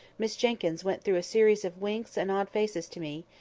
miss jenkyns went through a series of winks and odd faces to me,